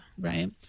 Right